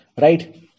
right